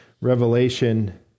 revelation